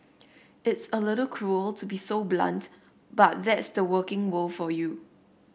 it's a little cruel to be so blunt but that's the working world for you